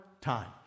time